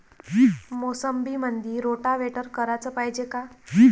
मोसंबीमंदी रोटावेटर कराच पायजे का?